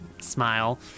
smile